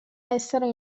essere